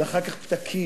ואחר כך פתקים,